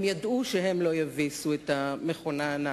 הם ידעו שהם לא יביסו את המכונה הנאצית,